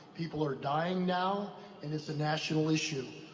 people are dying now and it's a national issue.